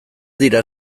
dira